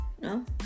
No